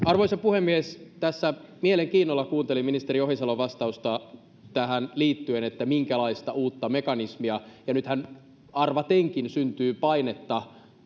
arvoisa puhemies tässä mielenkiinnolla kuuntelin ministeri ohisalon vastausta liittyen siihen minkälaista uutta mekanismia suunnitellaan nythän arvatenkin syntyy painetta